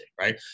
right